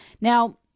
Now